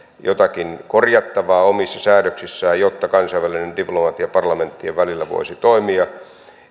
jotakin korjattavaa omissa säädöksissään jotta kansainvälinen diplomatia parlamenttien välillä voisi toimia